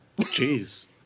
jeez